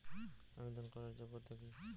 আবেদন করার যোগ্যতা কি?